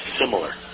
similar